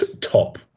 top